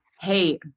hey